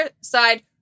side